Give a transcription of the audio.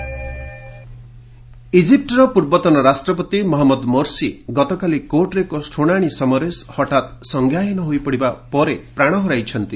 Egypt Morsi dies ଇଜିପୂର ପୂର୍ବତନ ରାଷ୍ଟ୍ରପତି ମହମ୍ମଦ ମୋର୍ସି ଗତକାଲି କୋର୍ଟରେ ଏକ ଶୁଣାଣି ସମୟରେ ହଠାତ୍ ସଂଜ୍ଞାହୀନ ହୋଇ ପଡ଼ିବା ପରେ ପ୍ରାଣ ହରାଇଛନ୍ତି